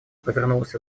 повернулась